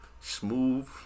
smooth